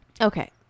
okay